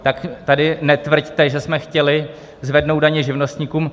Tak tady netvrďte, že jsme chtěli zvednout daně živnostníkům.